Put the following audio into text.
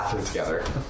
together